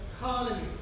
economy